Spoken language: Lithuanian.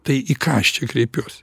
tai į ką aš čia kreipiuos